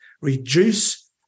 reduce